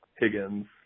Higgins